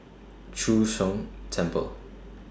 Chu Sheng Temple